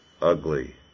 ugly